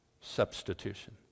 substitution